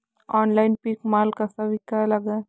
Online पीक माल कसा विका लागन?